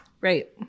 Right